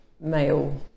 male